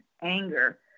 anger